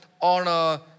on